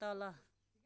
तल